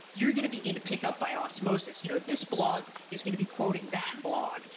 you're going to begin to pick up by osmosis you know this blog is going to be quoting that blog,